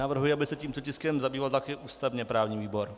Navrhuji, aby se tímto tiskem zabýval také ústavněprávní výbor.